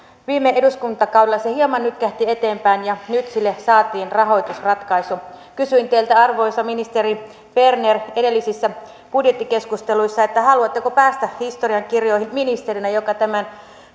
viime eduskuntakaudella se hieman nytkähti eteenpäin ja nyt sille saatiin rahoitusratkaisu kysyin teiltä arvoisa ministeri berner edellisissä budjettikeskusteluissa haluatteko päästä historiankirjoihin ministerinä joka tämän